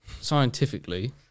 scientifically